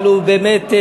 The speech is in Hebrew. הוא באמת,